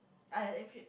I uh